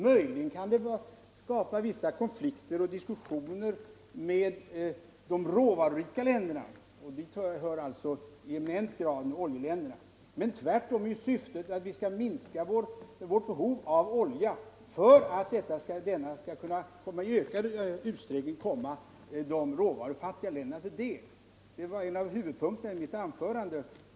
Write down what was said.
Möjligen kan det skapa vissa konflikter och diskussioner med de råvarurika länderna, och dit hör i eminent grad oljeländerna. Syftet är tvärtom att vi skall minska vårt behov av olja för att den i ökad utsträckning skall komma de råvarufattiga länderna till del. Det var en av huvudpunkterna i mitt anförande.